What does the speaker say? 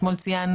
אתמול ציינו